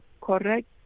correct